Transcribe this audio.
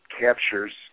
captures